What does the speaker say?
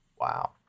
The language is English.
Wow